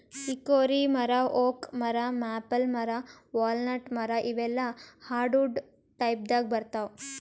hickory ಮರಾ oak ಮರಾ maple ಮರಾ ವಾಲ್ನಟ್ ಮರಾ ಇವೆಲ್ಲಾ ಹಾರ್ಡವುಡ್ ಟೈಪ್ದಾಗ್ ಬರ್ತಾವ್